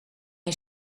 een